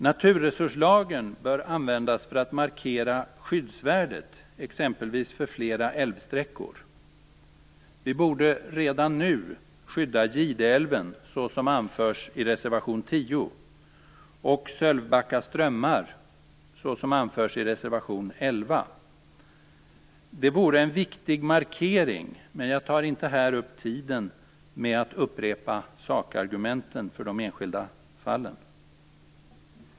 Naturresurslagen bör användas för att markera skyddsvärdet exempelvis för flera älvsträckor. Vi borde redan nu skydda Gideälven så som anförs i reservation 10, och Sölvbacka strömmar så som anförs i reservation 11. Det vore en viktig markering, men jag tar inte här upp tiden med att upprepa sakargumenten för de enskilda fallen.